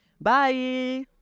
bye